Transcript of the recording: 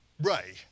Ray